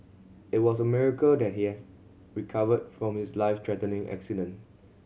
it was a miracle that he has recovered from his life threatening accident